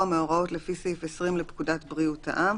מהוראות לפי סעיף 20 לפקודת בריאות העם,